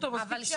קסוטו ראש עת"ום,